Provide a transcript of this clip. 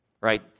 right